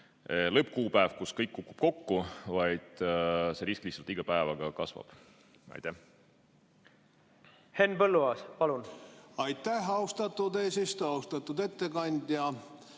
lõppkuupäev, kus kõik kukub kokku, vaid see risk lihtsalt iga päevaga kasvab. Aitäh!